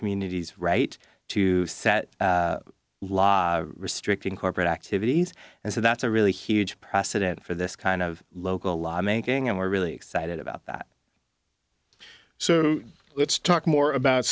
community's right to set law restricting corporate activities and so that's a really huge precedent for this kind of local law making and we're really excited about that so let's talk more about